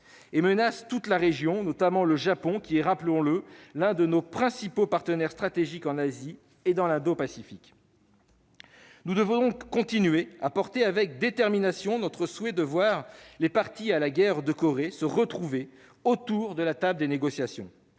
elle menace toute la région, notamment le Japon, dont il convient de rappeler qu'il est l'un de nos principaux partenaires stratégiques en Asie et dans l'Indo-Pacifique. Nous devons donc continuer à porter avec détermination notre souhait de voir les parties à la guerre de Corée se retrouver autour de la table des négociations